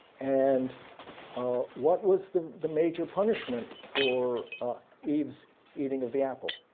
and ah what was the the major punishment for eve's eating of the apple?